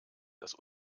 dass